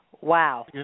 Wow